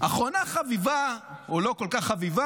אחרונה חביבה, או לא כל כך חביבה,